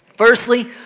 Firstly